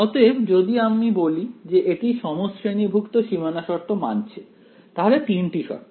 অতএব যদি আমি বলি যে এটি সমশ্রেণীভুক্ত সীমানা শর্ত মানছে তাহলে তিনটি শর্ত